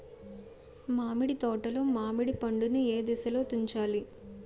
మామిడి తోటలో మామిడి పండు నీ ఏదశలో తుంచాలి?